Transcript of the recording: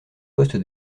poste